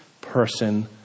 person